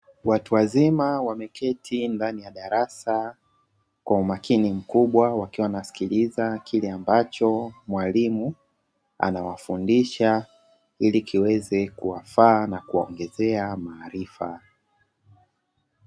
Watu wazima wameketi ndani ya darasa kwa umakini mkubwa, wakiwa wanasikiliza kile ambacho mwalimu anawafundisha ili kiweze kuwafaa na kuwaongezea maarifa.